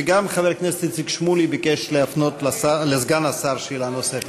וגם חבר הכנסת איציק שמולי ביקש להפנות לסגן השר שאלה נוספת.